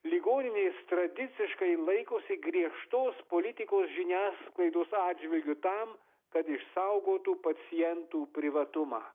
ligoninės tradiciškai laikosi griežtos politikos žiniasklaidos atžvilgiu tam kad išsaugotų pacientų privatumą